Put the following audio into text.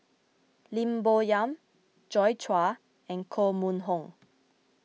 Lim Bo Yam Joi Chua and Koh Mun Hong